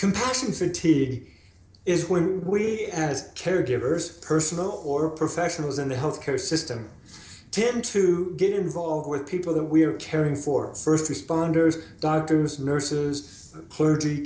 complexity is when we as caregivers personnel or professionals in the health care system tend to get involved with people that we are caring for first responders doctors nurses cle